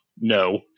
No